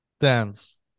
dance